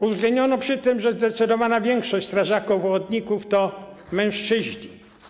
Uwzględniono przy tym, że zdecydowana większość strażaków ochotników to mężczyźni.